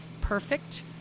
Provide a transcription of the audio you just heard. perfect